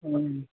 ओ